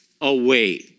away